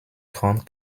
grande